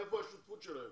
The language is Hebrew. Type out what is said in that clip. איפה השותפות שלהם?